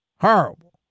Horrible